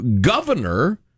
governor